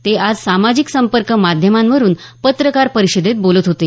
ते आज सामाजिक संपर्क माध्यमावरून पत्रकार परिषदेत बोलत होते